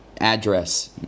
address